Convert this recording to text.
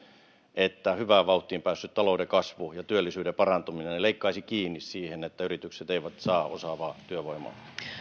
että hyvään vauhtiin päässyt talouden kasvu ja työllisyyden parantuminen leikkaisi kiinni siihen että yritykset eivät saa osaavaa työvoimaa